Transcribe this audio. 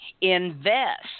invest